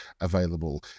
available